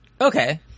Okay